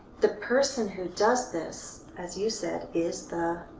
the person who does this, as you said, is the